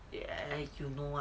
eh you know ah